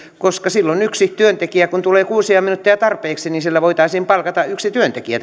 koska silloin kun tulee kuusia minuutteja tarpeeksi niin sillä voitaisiin palkataan yksi työntekijä